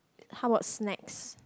how about snacks